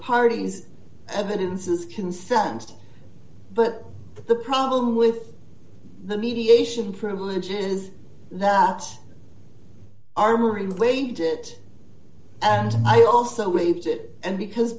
parties evidence is concerned but the problem with the mediation privilege is that our memory lane did and i also waived it and because